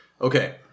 Okay